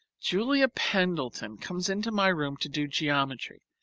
julia pendleton comes into my room to do geometry,